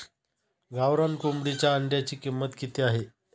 गावरान कोंबडीच्या अंड्याची किंमत किती आहे?